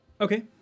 Okay